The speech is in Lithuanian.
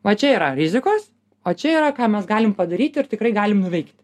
va čia yra rizikos o čia yra ką mes galim padaryti ir tikrai galim nuveikti